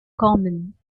common